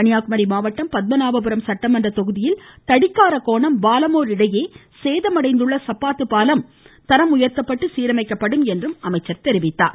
கன்னியாகுமரி மாவட்டம் பத்மநாபபுரம் சட்டமன்ற தொகுதியில் தடிக்கார கோணம் பாலமோர் இடையே சேதமடைந்துள்ள சப்பாத்து பாலம் தரம் உயர்த்தப்பட்டு சீரமைக்கப்படும் என்றும் அவர் மேலும் கூறினார்